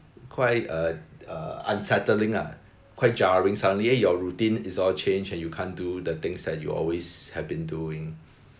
quite uh uh unsettling lah quite jarring suddenly eh your routine is all changed and you can't do the things that you always have been doing